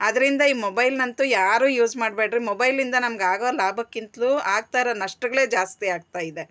ಆದ್ರಿಂದ ಈ ಮೊಬೈಲ್ ನಂತು ಯಾರು ಯೂಸ್ ಮಾಡ್ಬೇಡ್ರಿ ಮೊಬೈಲಿಂದ ನಮ್ಗೆ ಆಗೋ ಲಾಭಕ್ಕಿಂತ್ಲೂ ಆಗ್ತಾ ಇರೋ ನಷ್ಟಗಳೇ ಜಾಸ್ತಿ ಆಗ್ತಾ ಇದೆ